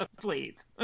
please